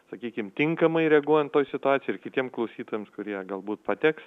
sakykime tinkamai reaguojant į situaciją ir kitiems klausytojams kurie galbūt pateks